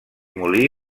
molí